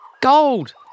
Gold